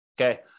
Okay